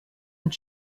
und